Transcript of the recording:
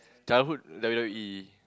childhood W_W_E